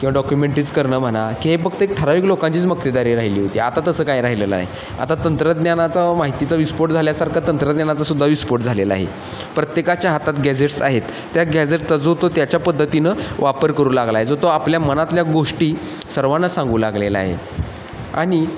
किंवा डॉक्युमेंट्रीज करणं म्हणा की हे फक्त एक ठराविक लोकांचीच मक्तेदारी राहिली होती आता तसं काय राहिलेलं आहे आता तंत्रज्ञानाचा व माहितीचा विस्फोट झाल्यासारखं तंत्रज्ञानाचासुद्धा विस्फोट झालेला आहे प्रत्येकाच्या हातात गॅझेट्स आहेत त्या गॅजेटचा जो तो त्याच्या पद्धतीनं वापर करू लागला आहे जो तो आपल्या मनातल्या गोष्टी सर्वांना सांगू लागलेला आहे आणि